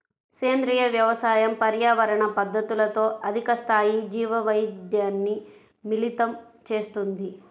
సేంద్రీయ వ్యవసాయం పర్యావరణ పద్ధతులతో అధిక స్థాయి జీవవైవిధ్యాన్ని మిళితం చేస్తుంది